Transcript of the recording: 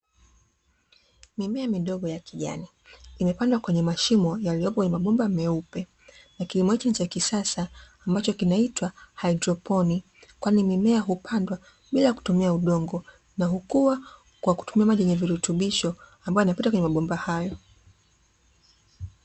Mimea midogo ya kijani, imepandwa kwenye mashimo yaliyo kwenye mabomba meupe. Ni kilimo cha kisasa ambacho kinaitwa haidroponi, kwani mimea hupandwa bila kutumia udongo na hukua kwa kutumia maji yenye virutubisho, ambayo yanapita kwenye mabomba hayo.